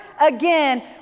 again